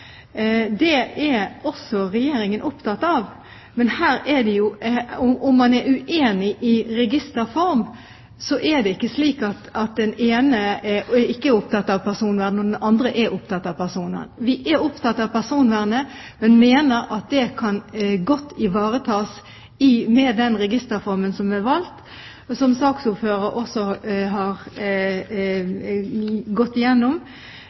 Det er også Regjeringen opptatt av. Men om man er uenig i registerform, er det ikke slik at den ene ikke er opptatt av personvern, mens den andre er opptatt av personvern. Vi er opptatt av personvernet, men mener at det kan godt ivaretas med den registerformen vi har valgt, og som saksordføreren også har gått igjennom: